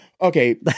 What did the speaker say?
Okay